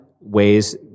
ways